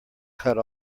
cut